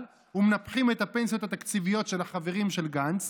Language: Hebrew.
ומנפחים את הפנסיות התקציביות של החברים של גנץ,